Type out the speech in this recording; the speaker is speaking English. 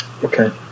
Okay